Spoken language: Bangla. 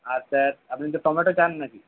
আর স্যার আপনি তো টমেটো চান না কি